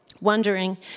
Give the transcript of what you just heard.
wondering